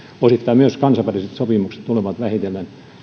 osittain myös kansainväliset sopimukset tulevat vähitellen